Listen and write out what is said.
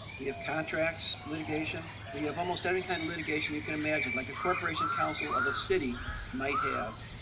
we have contracts litigation, we have almost any kind of litigation you can imagine, like a corporation counsel of a city might have.